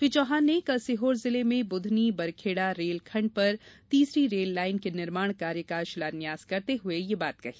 श्री चौहान ने कल सीहोर जिले में बुधनी बरखेड़ा रेल खण्ड पर तीसरी रेल लाइन के निर्माण कार्य का शिलान्यास करते हुए यह बात कही